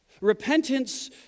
Repentance